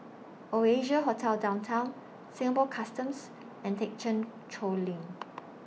Oasia Hotel Downtown Singapore Customs and Thekchen Choling